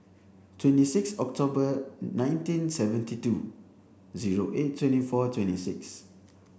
twenty six October nineteen seventy two zero eight twenty four twenty six